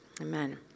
Amen